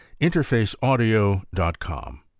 InterfaceAudio.com